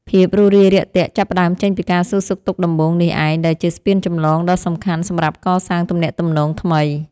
ភាពរួសរាយរាក់ទាក់ចាប់ផ្តើមចេញពីការសួរសុខទុក្ខដំបូងនេះឯងដែលជាស្ពានចម្លងដ៏សំខាន់សម្រាប់កសាងទំនាក់ទំនងថ្មី។